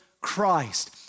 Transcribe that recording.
Christ